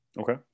Okay